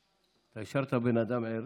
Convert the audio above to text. אתה השארת בן אדם ער